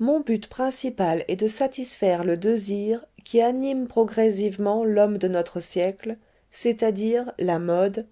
mon but principal est de satisfère le desir qui anime progresivement l'homme de notre siècle c'est à dire la mode